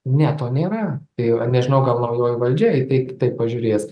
ne to nėra tai jau nežinau gal naujoji valdžia į tai kitaip pažiūrės